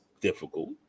difficult